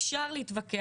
אפשר להתווכח.